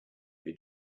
they